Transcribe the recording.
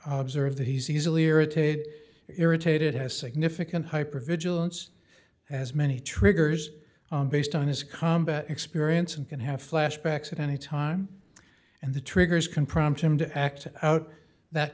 he's easily irritated irritated has significant hyper vigilance as many triggers based on his combat experience and can have flashbacks at any time and the triggers can prompt him to act out that